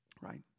right